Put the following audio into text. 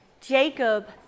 Jacob